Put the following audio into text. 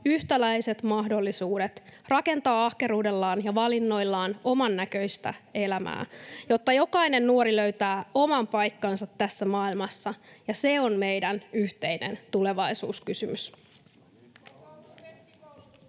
yhtäläiset mahdollisuudet rakentaa ahkeruudellaan ja valinnoillaan omannäköistä elämää. Jotta jokainen nuori löytää oman paikkansa tässä maailmassa — se on meidän yhteinen tulevaisuuskysymys.